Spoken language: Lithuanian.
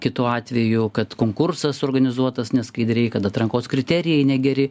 kitu atveju kad konkursas suorganizuotas neskaidriai kad atrankos kriterijai negeri